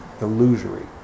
illusory